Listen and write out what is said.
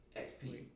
XP